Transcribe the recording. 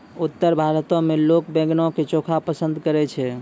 उत्तर भारतो मे लोक बैंगनो के चोखा पसंद करै छै